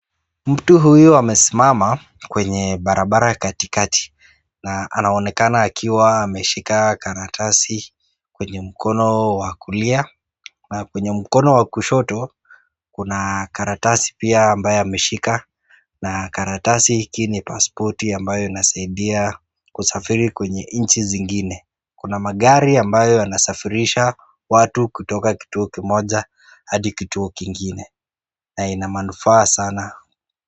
Mtu huyu amesimama kwenye barabara ya katikati na anaonekana akiwa ameshika karatasi kwenye mkono wa kulia na kwenye mkono wa kushoto kuna karatasi pia ambayo ameshika. Na karatasi hiki ni pasipoti ambayo inasaidia kusafiri kwenye nchi zingine. Kuna magari ambayo yanasafirisha watu kutoka kituo kimoja hadi kituo kingine na ina manufaa sana.